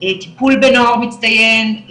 טיפול בנוער מצטיין,